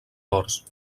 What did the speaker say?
horts